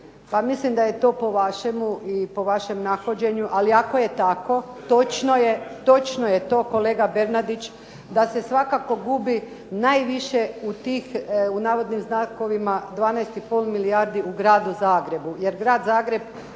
mislim da je to po vašemu i po vašem nahođenju, ali ako je tako točno je to kolega Bernardić da se svakako gubi najviše u tih, u navodnim znakovima 12 i pol milijardi u Gradu Zagrebu,